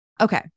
Okay